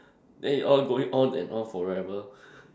then he all going on and on forever